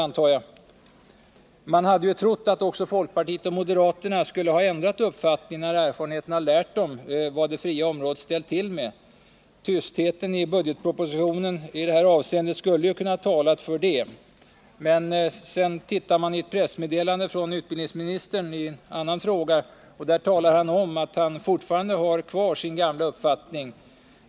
Vi hade ju trott att också folkpartiet och moderaterna skulle ha ändrat uppfattning när erfarenheten lärt dem vad det fria området ställt till med. Tystheten i budgetpropositionen i det avseendet skulle kunnat tala för det. Men i ett pressmeddelande från utbildningsministern i en annan fråga talar han om att han fortfarande har kvar sin gamla uppfattning.